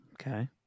Okay